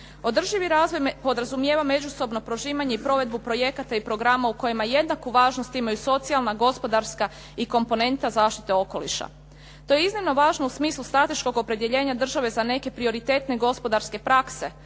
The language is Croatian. Održivi razvoj podrazumijeva međusobno prožimanje i provedbu projekata i programa u kojima jednaku važnost imaju socijalna, gospodarska i komponenta zaštite okoliša. To je iznimno važno u smislu strateškog opredjeljenja države za neke prioritetne gospodarske prakse